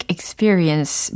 Experience